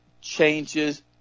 changes